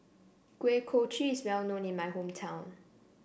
Kuih Kochi is well known in my hometown